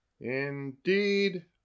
Indeed